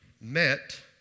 met